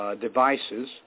devices